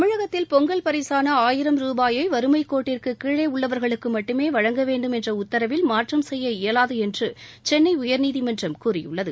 தமிழகத்தில் பொங்கல் பரிசான ஆயிரம் ரூபாயை வறுமைக் கோட்டிற்கு கீழே உள்ளவர்களுக்கு மட்டுமே வழங்க வேண்டும் என்ற உத்தரவில் மாற்றம் செய்ய இயலாது என்று சென்னை உயர்நீதிமன்றம் கூறியுள்ளது